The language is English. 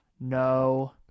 no